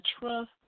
trust